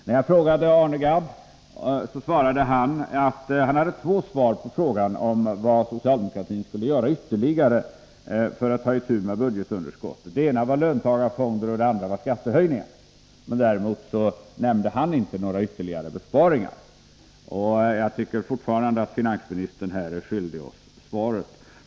När jag frågade Arne Gadd, hade han två svar på frågan om vad socialdemokratin skulle göra ytterligare för att ta itu med budgetunderskottet. Det ena var löntagarfonder och det andra var skattehöjningar. Däremot nämnde han inte några ytterligare besparingar. Jag tycker fortfarande att finansministern är skyldig oss svaret.